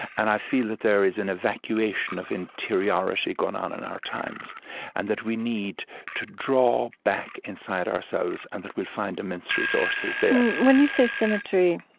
and i feel that there is an evacuation of interiority going on in our times and that we need to draw back inside ourselves and that we'll find immense resources there when you say symmetry,